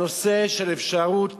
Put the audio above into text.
הנושא של אפשרות